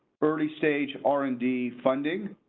early stage r and d funding.